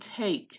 take